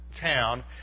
town